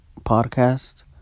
podcast